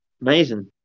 Amazing